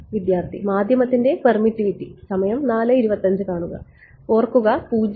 വിദ്യാർത്ഥി മാധ്യമത്തിൻറെ പെർമിറ്റിവിറ്റി സമയം 0425 കാണുക ഓർക്കുക 0